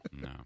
No